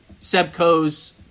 Sebco's